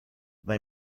they